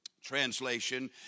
Translation